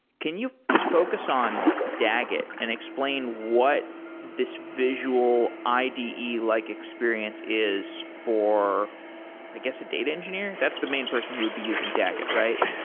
can you just focus on dagit and explain what this visual ide-like experience is for i guess, a data engineer? that's the main person who would be using dagit, right?